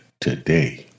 today